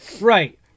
Right